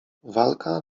walka